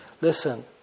Listen